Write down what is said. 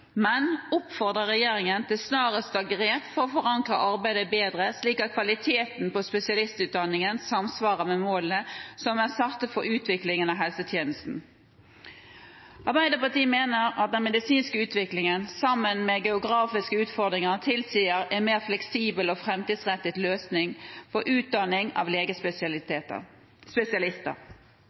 men oppfordrer regjeringen til snarest å ta grep for å forankre arbeidet bedre, slik at kvaliteten på spesialistutdanningen samsvarer med målene som er satt for utvikling av helsetjenestene. Arbeiderpartiet mener at den medisinske utviklingen, sammen med geografiske utfordringer, tilsier en mer fleksibel og framtidsrettet løsning for utdanning av